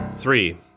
Three